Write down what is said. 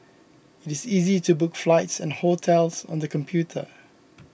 it is easy to book flights and hotels on the computer